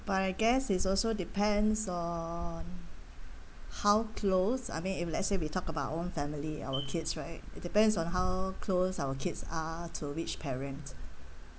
but I guess is also depends on how close I mean if let's say we talk about our own family our kids right it depends on how close our kids are to each parent